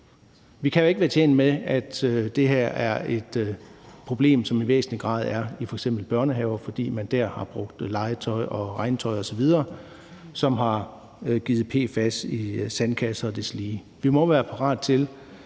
Vi kan jo ikke være tjent med, at det her er et problem, der i væsentlig grad er i f.eks. børnehaver, fordi man dér har brugt legetøj, regntøj osv., som har givet PFAS i sandkasser og deslige. Vi må være parate til,